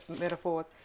metaphors